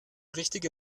richtige